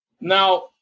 Now